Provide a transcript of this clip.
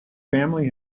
family